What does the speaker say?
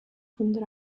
tundra